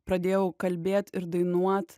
pradėjau kalbėt ir dainuot